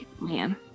Man